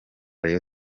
rayon